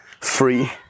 Free